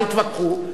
תתווכחו.